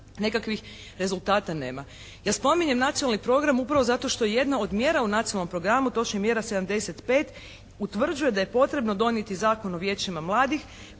nekakvih rezultata nema. Ja spominjem nacionalni program upravo zato što je jedna od mjera u nacionalnom programu, točnije mjera 75 utvrđuje da je potrebno donijeti Zakon o vijećima mladih